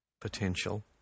Potential